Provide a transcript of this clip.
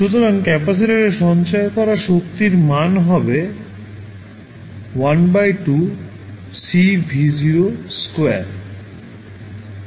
সুতরাং ক্যাপাসিটারে সঞ্চয় করা শক্তির মান হবে 1 2C V0 2